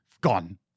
gone